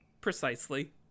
Precisely